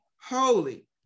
holy